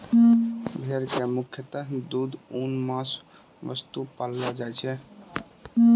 भेड़ कॅ मुख्यतः दूध, ऊन, मांस वास्तॅ पाललो जाय छै